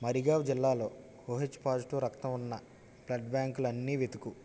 మరిగావ్ జిల్లాలో OH positive రక్తం ఉన్న బ్లడ్ బ్యాంకులు అన్ని వెతుకు